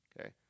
Okay